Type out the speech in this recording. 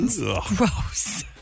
Gross